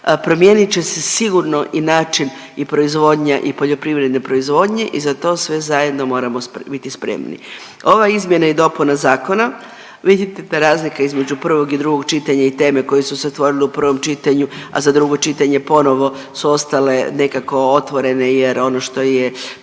promijenit će se sigurno i način i proizvodnja i poljoprivredne proizvodnje i za to sve zajedno moramo biti spremni. Ova izmjena i dopuna zakona, vidite da razlika između prvog i drugog čitanja i teme koje su se otvorile u prvom čitanju, a za drugo čitanje ponovo su ostale nekako otvorene jer ono što je